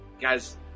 Guys